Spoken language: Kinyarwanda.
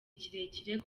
kirekire